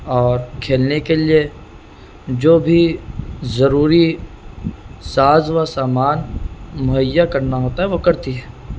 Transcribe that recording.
اور کھیلنے کے لیے جو بھی ضروری ساز و سامان مہیا کرنا ہوتا ہے وہ کرتی ہے